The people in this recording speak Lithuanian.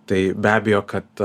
tai be abejo kad